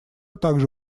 также